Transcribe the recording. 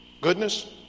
goodness